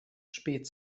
spät